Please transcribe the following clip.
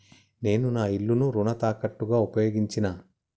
నేను నా ఇల్లును రుణ తాకట్టుగా ఉపయోగించినా